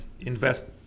invest